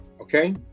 Okay